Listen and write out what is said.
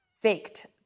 faked